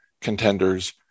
contenders